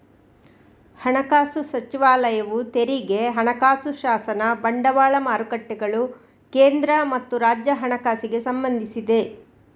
ಹಣಕಾಸು ಸಚಿವಾಲಯವು ತೆರಿಗೆ, ಹಣಕಾಸು ಶಾಸನ, ಬಂಡವಾಳ ಮಾರುಕಟ್ಟೆಗಳು, ಕೇಂದ್ರ ಮತ್ತು ರಾಜ್ಯ ಹಣಕಾಸಿಗೆ ಸಂಬಂಧಿಸಿದೆ